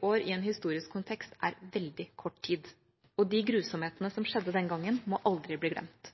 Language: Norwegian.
år i en historisk kontekst er veldig kort tid, og de grusomhetene som skjedde den gangen, må aldri bli glemt.